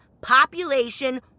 population